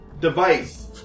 device